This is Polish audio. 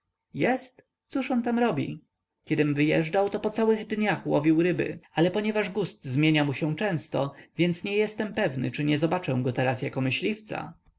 jest cóż on tam robi kiedym wyjeżdżał po całych dniach łowił ryby ale ponieważ gust zmienia mu się często więc nie jestem pewny czy nie zobaczę go teraz jako myśliwca